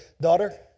Daughter